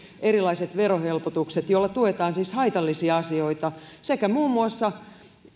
erilaiset verohelpotukset joilla tuetaan siis haitallisia asioita sekä muun muassa